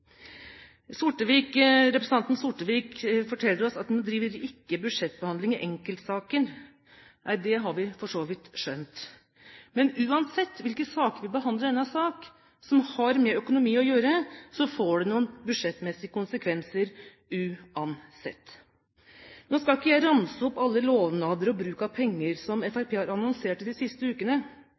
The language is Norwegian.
Fredriksen: Representanten Sortevik forteller oss at han ikke driver budsjettbehandling i enkeltsaker. Nei, det har vi for så vidt skjønt. Men uansett hvilke saker vi behandler i denne sal som har med økonomi å gjøre, får det noen budsjettmessige konsekvenser uansett. Nå skal ikke jeg ramse opp alle lovnader og bruk av penger som Fremskrittspartiet har annonsert de siste ukene.